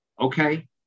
Okay